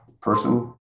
person